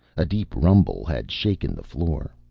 a deep rumble had shaken the floor,